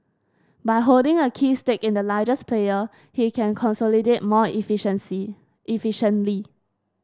by holding a key stake in the largest player he can consolidate more efficiency efficiently